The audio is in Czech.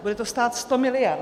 Bude to stát sto miliard.